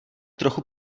trochu